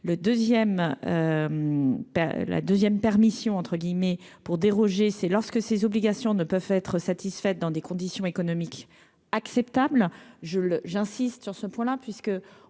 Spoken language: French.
guillemets pour déroger, c'est lorsque ces obligations ne peuvent être satisfaites dans des conditions économiques. Acceptable, je le j'insiste sur ce point là,